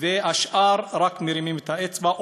והשאר רק מרימים את האצבע,